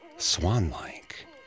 swan-like